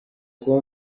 kuba